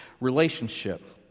relationship